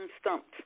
stumped